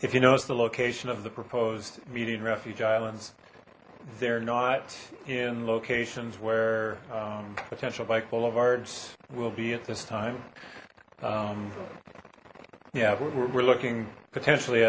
if you notice the location of the proposed meeting refuge islands they're not in locations where potential bike boulevards will be at this time yeah we're looking potentially